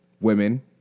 women